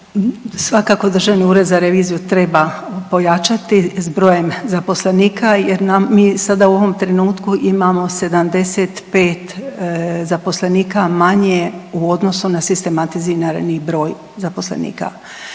Svakako Državni ured za reviziju treba ojačati s brojem zaposlenika jer nam mi sada u ovom trenutku imamo 75 zaposlenika manje u odnosu na sistematizirani broj zaposlenika.